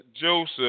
Joseph